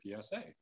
PSA